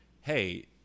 hey